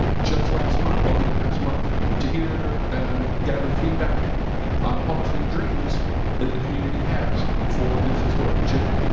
ah just last month over the past month to hear and gather feedback on hopes and dreams that the community has for this historic gem.